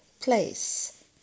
place